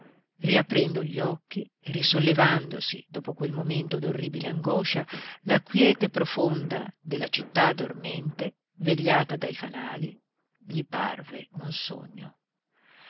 riaprendo gli occhi risollevandosi dopo quel momento d'orribile angoscia la quiete profonda della città dormente vegliata dai fanali gli parve un sogno